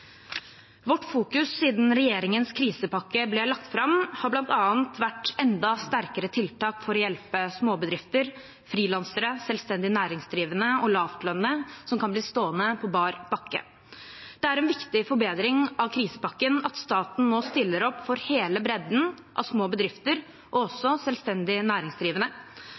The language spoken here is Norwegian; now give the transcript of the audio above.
Vårt fokus siden regjeringens krisepakke ble lagt fram, har bl.a. vært enda sterkere tiltak for å hjelpe småbedrifter, frilansere, selvstendig næringsdrivende og lavtlønte som kan bli stående på bar bakke. Det er en viktig forbedring av krisepakken at staten nå stiller opp for hele bredden av små bedrifter og også selvstendig næringsdrivende,